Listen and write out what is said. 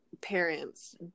parents